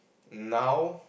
now